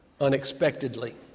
unexpectedly